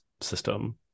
system